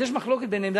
אז יש מחלוקת ביניהם.